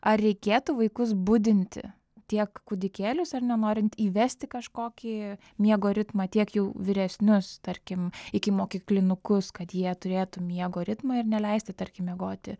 ar reikėtų vaikus budinti tiek kūdikėlius ar ne norint įvesti kažkokį miego ritmą tiek jau vyresnius tarkim ikimokyklinukus kad jie turėtų miego ritmą ir neleisti tarkim miegoti